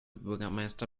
bürgermeister